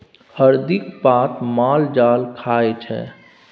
हरदिक पात माल जाल खाइ छै